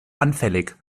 anfällig